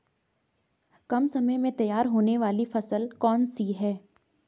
कम समय में तैयार होने वाली फसल कौन सी है?